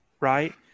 right